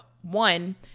one